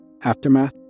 Aftermath